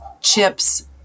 chips